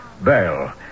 bell